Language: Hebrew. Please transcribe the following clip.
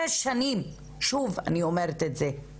שש שנים, שוב אני אומרת את זה.